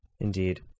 Indeed